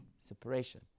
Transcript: separation